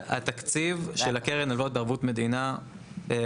התקציב של הקרן להלוואות בערבות מדינה מנוצל.